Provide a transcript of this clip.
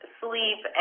sleep